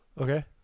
Okay